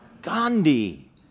Gandhi